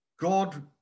God